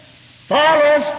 follows